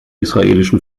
israelischen